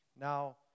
Now